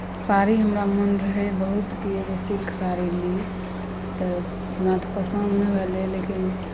साड़ी हमरा मोन रहै बहुत कि एगो सिल्क साड़ी ली तऽ हमरा तऽ पसन्द नहि भेलै लेकिन